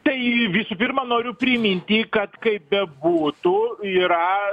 tai visų pirma noriu priminti kad kaip bebūtų yra